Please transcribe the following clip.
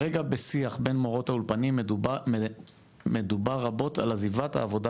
כרגע בשיח בין מורות האולפנים מדובר רבות על עזיבת העבודה